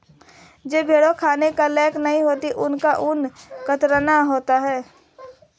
जो भेड़ें खाने के लायक नहीं होती उनका ऊन कतरन होता है